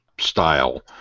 style